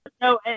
no